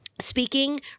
speaking